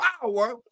power